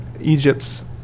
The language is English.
Egypt's